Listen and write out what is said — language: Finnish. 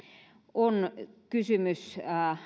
on kysymys